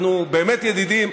אנחנו באמת ידידים,